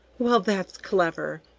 well, that's clever!